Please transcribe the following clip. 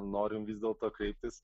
norim vis dėlto kreiptis